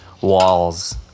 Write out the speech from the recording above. walls